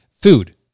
Food